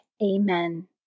Amen